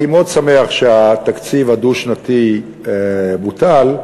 אני מאוד שמח שהתקציב הדו-שנתי בוטל,